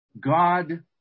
God